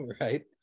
Right